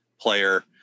player